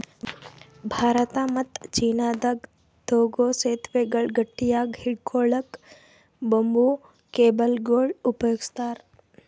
ಭಾರತ ಮತ್ತ್ ಚೀನಾದಾಗ್ ತೂಗೂ ಸೆತುವೆಗಳ್ ಗಟ್ಟಿಯಾಗ್ ಹಿಡ್ಕೊಳಕ್ಕ್ ಬಂಬೂ ಕೇಬಲ್ಗೊಳ್ ಉಪಯೋಗಸ್ತಾರ್